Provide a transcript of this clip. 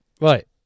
Right